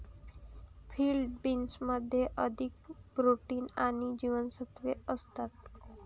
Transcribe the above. field बीन्समध्ये अधिक protein आणि जीवनसत्त्वे असतात